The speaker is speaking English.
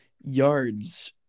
yards